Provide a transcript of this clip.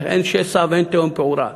אין שסע ואין תהום פעורה,